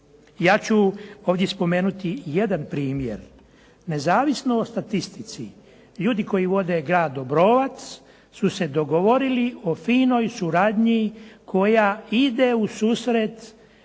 Ja ću ovdje spomenuti jedan primjer. Nezavisno o statistici ljudi koji vode Grad Obrovac su se dogovorili o finoj suradnji koja ide u susret